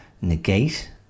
negate